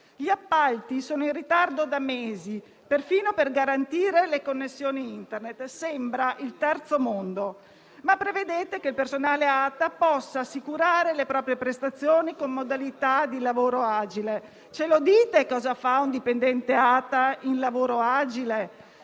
Gli appalti sono in ritardo da mesi perfino per garantire le connessioni Internet: sembra il Terzo mondo. Prevedete, però, che il personale ATA possa assicurare le proprie prestazioni con modalità di lavoro agile. Ce lo dite cosa fa un dipendente ATA in lavoro agile?